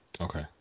Okay